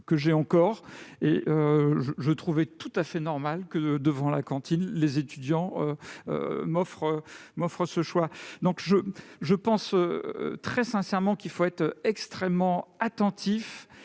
ce volume et je trouvais tout à fait normal que, devant la cantine, des étudiants m'offrent ce choix. Je pense donc très sincèrement qu'il nous faut être extrêmement attentifs